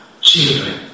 children